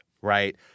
Right